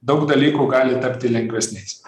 daug dalykų gali tapti lengvesniais